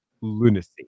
lunacy